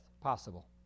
possible